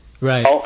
Right